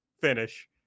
finish